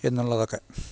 എന്നുള്ളതൊക്കെ